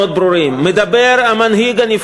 מה הוא אומר לנו, מה הוא אומר לנו?